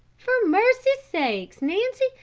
for mercy sakes! nancy,